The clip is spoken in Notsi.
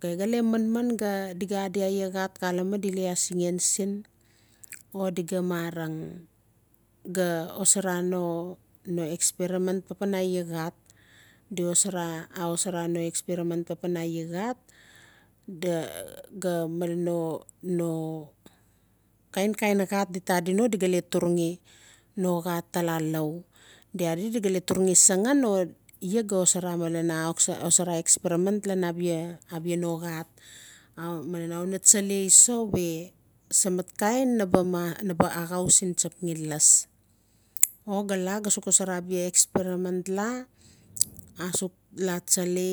Xale manman o di adi abaia xat xaleme o di asixxan sin o di gaa mara gaa xosara no experement papar iaa xat di xosara aa xosara no experement papan iaa xat gaa malen no-no kain-kain xat di taa adi no o di taa turugi no xat tala lau di adi o di turugi saxan o iaa gaa xosara experement lan abia no xat malen awe tsalai so samakain naba axau gali tsapgen laas o gaa laa xosara abia experement laa saux laa tsala